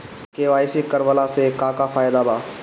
KYC करवला से का का फायदा बा?